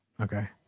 Okay